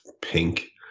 pink